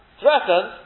threatened